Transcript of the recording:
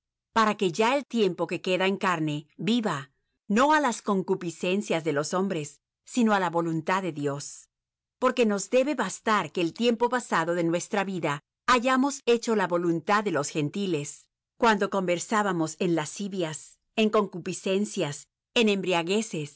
para que ya el tiempo que queda en carne viva no á las concupiscencias de los hombres sino á la voluntad de dios porque nos debe bastar que el tiempo pasado de nuestra vida hayamos hecho la voluntad de los gentiles cuando conversábamos en lascivias en concupiscencias en embriagueces